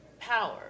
power